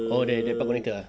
oh there the park connector ah